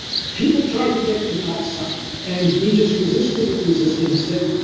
people tried to get to knott's son, and he just resisted and resisted. he said,